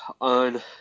on